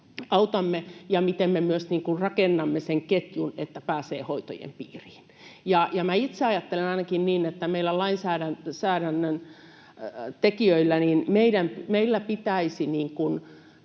autamme ja miten me myös rakennamme sen ketjun, että pääsee hoitojen piiriin. Minä itse ajattelen ainakin niin, että meidän lainsäädännön tekijöiden pitäisi